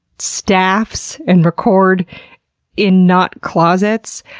staffs and record in not closets.